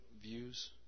views